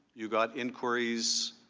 you got inquiries,